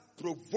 provoke